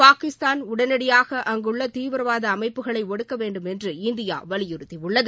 பாகிஸ்தான் உடனடியாக அங்குள்ள தீவிரவாத அமைப்புகளை ஒடுக்க வேண்டும் என்று இந்தியா வலியுறுத்தியுள்ளது